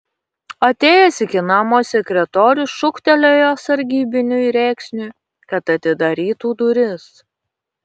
atėjęs iki namo sekretorius šūktelėjo sargybiniui rėksniui kad atidarytų duris